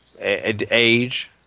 age